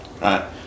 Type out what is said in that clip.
right